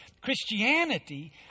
Christianity